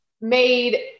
made